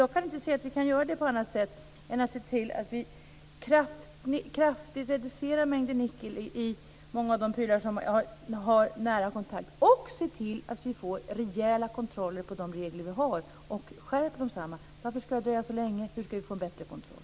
Jag kan inte se att vi kan göra det på något annat sätt än att se till att vi kraftigt reducerar mängden nickel i många av de prylar som vi har nära kontakt med samt se till att vi får rejäla kontroller av de regler som finns och att de skärps. Varför ska det alltså dröja så länge och hur ska vi få en bättre kontroll?